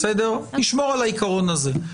נשמור על העיקרון הזה.